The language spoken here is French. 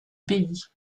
pays